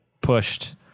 pushed